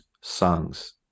songs